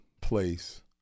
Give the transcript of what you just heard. place